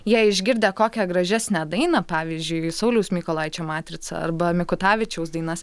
jie išgirdę kokią gražesnę dainą pavyzdžiui sauliaus mykolaičio matrica arba mikutavičiaus dainas